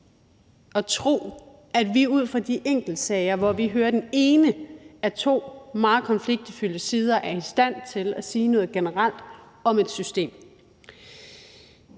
at tro, at vi ud fra de enkeltsager, hvor vi hører den ene af de to sider i en meget konfliktfyldt sag, er i stand til at sige noget generelt om et system.